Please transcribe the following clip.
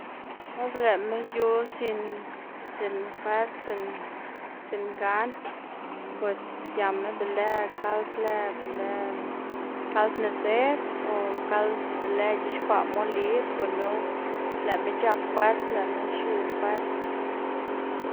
or lëꞌma yu sin sin fwers sin sin gan pues giama be lë kald lë be lë kald nizëd o kald be lë ic̲h̲ixkwaꞌ molid gunu lëꞌma c̲h̲ap fwers lëꞌma xiu fwers.